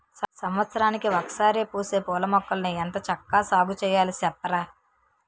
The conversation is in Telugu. సంవత్సరానికి ఒకసారే పూసే పూలమొక్కల్ని ఎంత చక్కా సాగుచెయ్యాలి సెప్పరా?